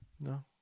no